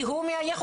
כי הוא מהירוקים,